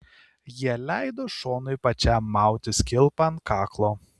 jie leido šonui pačiam mautis kilpą ant kaklo